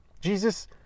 Jesus